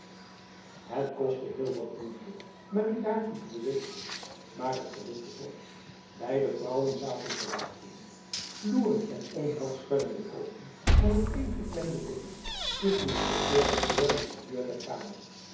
het kostte heel wat moeite marie daartoe te bewegen maar het gelukte toch beide vrouwen zaten te wachten loerend met onheilspellende ogen en opeengeklemde lippen tussen de portières door naar de deur der kamer